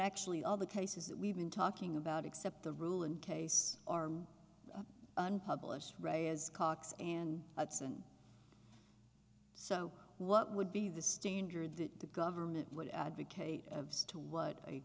ctually all the cases that we've been talking about except the rule in case arm unpublished writers cox and that's and so what would be the standard that the government would advocate of to what a